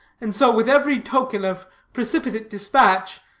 and so, with every token of precipitate dispatch,